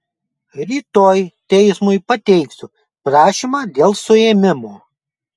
rytoj teismui pateiksiu prašymą dėl suėmimo